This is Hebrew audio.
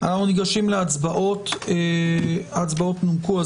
ההצבעות נומקו,